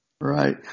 Right